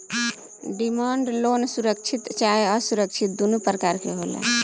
demand loan सुरक्षित चाहे असुरक्षित दुनो प्रकार के होला